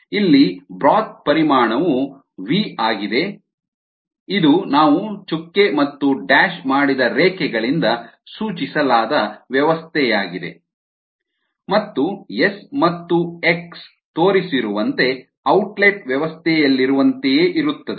ಇಲ್ಲಿ ಬ್ರೋತ್ ಪರಿಮಾಣವು ವಿ ಆಗಿದೆ ಇದು ನಾವು ಚುಕ್ಕೆ ಮತ್ತು ಡ್ಯಾಶ್ ಮಾಡಿದ ರೇಖೆಗಳಿಂದ ಸೂಚಿಸಲಾದ ವ್ಯವಸ್ಥೆಯಾಗಿದೆ ಮತ್ತು ಎಸ್ ಮತ್ತು ಎಕ್ಸ್ ತೋರಿಸಿರುವಂತೆ ಔಟ್ಲೆಟ್ ವ್ಯವಸ್ಥೆಯಲ್ಲಿರುವಂತೆಯೇ ಇರುತ್ತದೆ